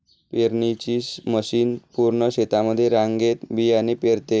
पेरणीची मशीन पूर्ण शेतामध्ये रांगेत बियाणे पेरते